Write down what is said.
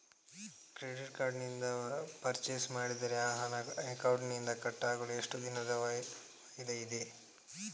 Credit card ನಿಂದ purchase ಮಾಡಿದರೆ ಆ ಹಣ ಅಕೌಂಟಿನಿಂದ ಕಟ್ ಆಗಲು ಎಷ್ಟು ದಿನದ ವಾಯಿದೆ ಇದೆ?